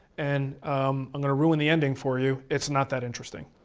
and um i'm going to ruin the ending for you, it's not that interesting.